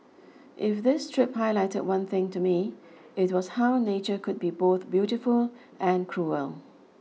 if this trip highlighted one thing to me it was how nature could be both beautiful and cruel